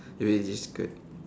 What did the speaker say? really difficult